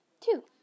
two